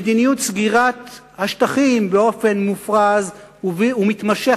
מדיניות סגירת השטחים באופן מופרז ומתמשך